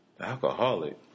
Alcoholic